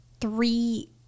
three